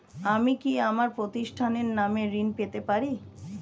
আমি কি আমার প্রতিষ্ঠানের নামে ঋণ পেতে পারি?